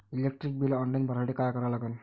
Electric bill online भरासाठी का करा लागन?